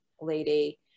lady